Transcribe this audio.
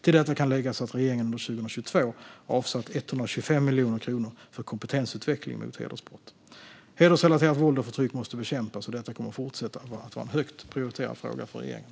Till detta kan läggas att regeringen under 2022 avsatt 125 miljoner kronor för kompentensutveckling mot hedersbrott. Hedersrelaterat våld och förtryck måste bekämpas, och detta kommer att fortsätta att vara en högt prioriterad fråga för regeringen.